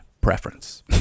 preference